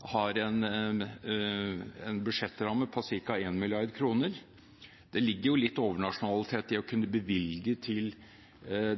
har man en budsjettramme på ca. 1 mrd. kr. Det ligger jo litt overnasjonalitet i å kunne bevilge til